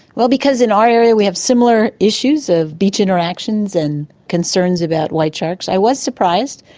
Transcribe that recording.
well, because in our area we have similar issues of beach interactions and concerns about white sharks, i was surprised.